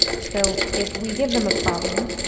so if we give them a problem,